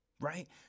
right